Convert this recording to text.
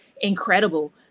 incredible